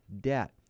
debt